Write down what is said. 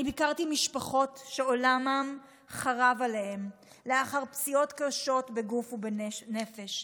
אני ביקרתי משפחות שעולמן חרב עליהן לאחר פציעות קשות בגוף ובנפש.